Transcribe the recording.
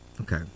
okay